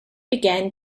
began